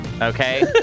okay